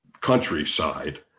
countryside